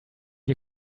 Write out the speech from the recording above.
you